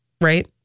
right